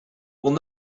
will